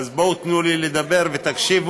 אז בואו תנו לי לדבר ותקשיבו.